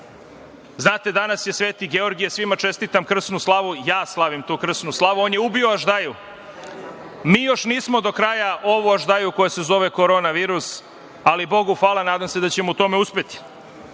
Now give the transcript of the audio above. kraj. Znate, danas je Sveti Georgije, svima čestitam krsnu slavu. I ja slavim tu krsnu slavu. On je ubio aždaju. Mi još nismo do kraja ovu aždaju koja se zove Koronavirus, ali Bogu hvala, nadam se da ćemo u tome uspeti.E,